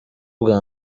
bwa